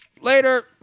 Later